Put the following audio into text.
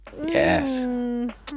Yes